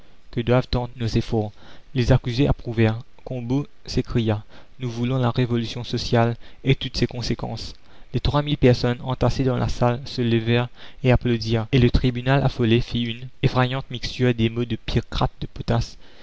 que doivent tendre nos efforts les accusés approuvèrent combault s'écria nous voulons la révolution sociale et toutes ses conséquences les trois mille personnes entassées dans la salle se levèrent et applaudirent et le tribunal affolé fit une effrayante mixture des mots de picrate de potasse